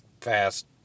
fast